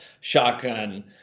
shotgun